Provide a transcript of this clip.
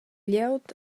glieud